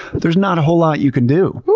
there's not a whole lot you can do.